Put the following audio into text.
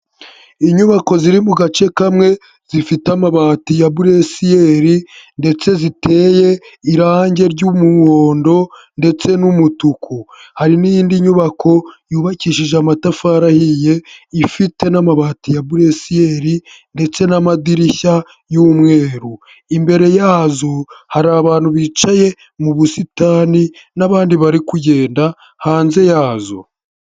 Inyubako ziri mu gace kamwe zifite amabati ya bresiyeri ndetse ziteye irangi ry'umuhondo ndetse n'umutuku, hari n'iyinindi nyubako yubakishije amatafari ahiye ifite n'amabati ya bresiyeri ndetse n'amadirishya y'umweru, imbere yazo hari abantu bicaye mu busitani n'abandi bari kugenda hanze yazo.